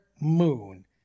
moon